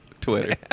Twitter